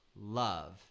Love